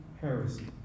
heresy